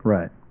Right